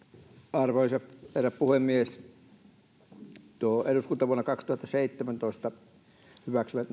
arvoisa herra puhemies eduskunnan vuonna kaksituhattaseitsemäntoista hyväksymät